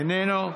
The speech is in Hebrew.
איננו,